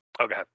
okay